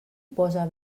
posa